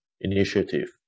initiative